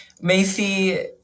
Macy